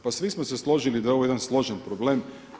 Pa svi smo se složili da je ovo jedan složen problem.